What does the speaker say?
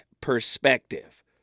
perspective